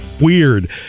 weird